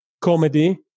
comedy